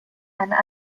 and